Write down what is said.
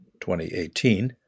2018